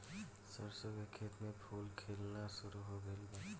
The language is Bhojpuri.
सरसों के खेत में फूल खिलना शुरू हो गइल बा